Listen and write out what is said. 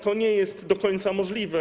To nie jest do końca możliwe.